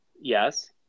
Yes